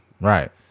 right